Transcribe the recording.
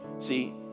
See